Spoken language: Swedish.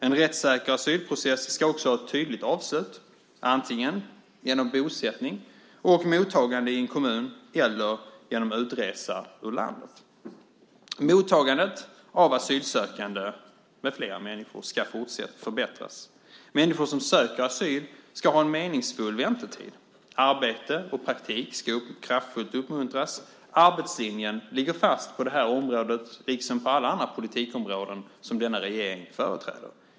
En rättssäker asylprocess ska också ha ett tydligt avslut, antingen genom bosättning och mottagande i en kommun eller genom utresa ur landet. Mottagandet av asylsökande med flera människor ska fortsatt förbättras. Människor som söker asyl ska ha en meningsfull väntetid. Arbete och praktik ska kraftfullt uppmuntras. Arbetslinjen ligger fast på det här området liksom på alla andra politikområden som denna regering företräder.